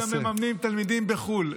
אנחנו, אדוני, גם מממנים תלמידים בחו"ל.